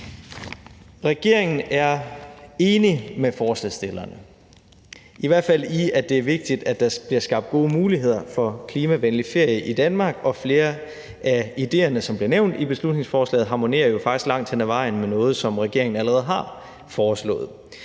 Regeringen er enig med forslagsstillerne, i hvert fald i, at det er vigtigt, at der bliver skabt gode muligheder for klimavenlig ferie i Danmark, og flere af idéerne, som bliver nævnt i beslutningsforslaget, harmonerer jo faktisk langt hen ad vejen med noget, som regeringen allerede har foreslået.